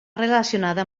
relacionada